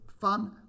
fun